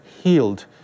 healed